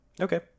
Okay